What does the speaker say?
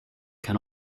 can